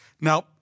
Now